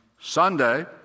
Sunday